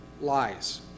Lies